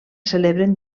celebren